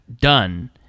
done